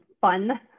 fun